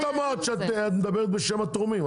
את אמרת שאת מדברת בשם התורמים.